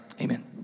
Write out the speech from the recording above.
amen